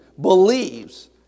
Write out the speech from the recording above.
believes